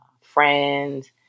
friends